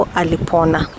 alipona